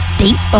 State